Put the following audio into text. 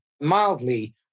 mildly